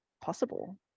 possible